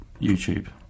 youtube